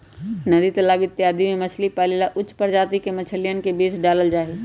नदी तालाब इत्यादि में मछली पाले ला उच्च प्रजाति के मछलियन के बीज डाल्ल जाहई